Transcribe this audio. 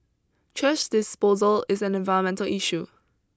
thrash disposal is an environmental issue